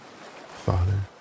father